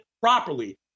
properly